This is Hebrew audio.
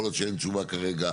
יכול להיות שאין תשובה כרגע.